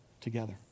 together